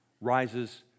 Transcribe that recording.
rises